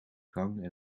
gang